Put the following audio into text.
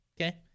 okay